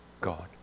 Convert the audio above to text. God